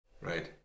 Right